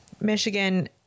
Michigan